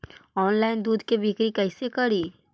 Online दुध के बिक्री कैसे करि?